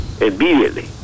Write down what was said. immediately